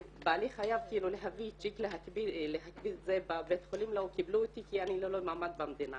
בעלי חייב להביא -- -בבית חולים לא קיבלו אותי כי אני ללא מעמד במדינה.